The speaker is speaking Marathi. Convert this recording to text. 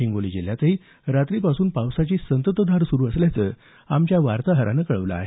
हिंगोली जिल्ह्यातही रात्रीपासून पावसाची संततधार सुरू असल्याचं आमच्या वार्ताहरानं कळवलं आहे